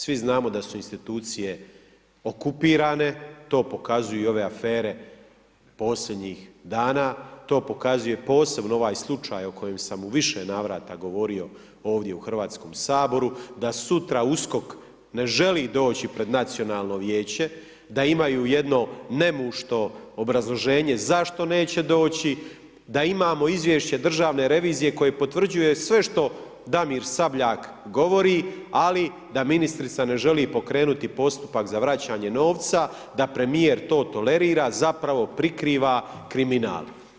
Svi znamo da su institucije okupirane, to pokazuju i ove afere posljednjih dana, to pokazuje posebno ovaj slučaj o kojem sam u više navrata govorio ovdje u Hrvatskom saboru, da sutra USKOK ne želi doći pred nacionalno vijeće, da imaju jedno nemušto obrazloženje zašto neće doći, da imamo izvješće Državne revizije koje potvrđuje sve što Damir Sabljak govori ali da ministrica ne želi pokrenuti postupak za vraćanje novca, da premijer to tolerira, zapravo prikriva kriminal.